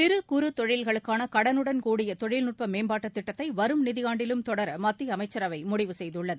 சிறு குறு தொழில்களுக்கான கடனுடன்கூடிய தொழில்நுட்ப மேம்பாட்டுத் திட்டத்தை வரும் நிதியாண்டிலும் தொடர மத்திய அமைச்சரவை முடிவு செய்துள்ளது